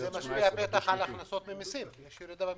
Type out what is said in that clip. זה בטח משפיע על הכנסות ממסים, יש ירידה במסים.